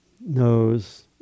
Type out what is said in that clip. knows